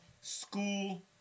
School